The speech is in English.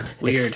weird